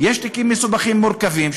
יש תיקים מסובכים ומורכבים,